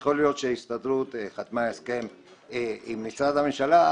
יכול להיות שההסתדרות חתמה הסכם עם משרדי הממשלה,